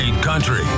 country